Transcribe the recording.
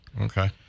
Okay